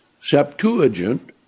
Septuagint